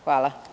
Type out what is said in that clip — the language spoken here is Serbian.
Hvala.